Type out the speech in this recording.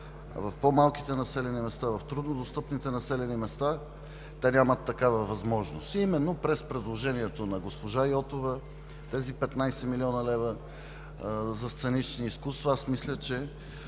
в по-малките населени места, в труднодостъпните населени места те нямат такава възможност. Именно през предложението на госпожа Йотова с тези 15 млн. лв. за сценични изкуства мисля, че